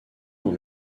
dans